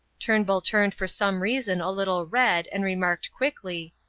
turnbull turned for some reason a little red and remarked quickly,